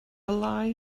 lie